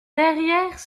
derrière